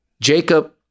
Jacob